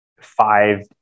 five